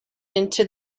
into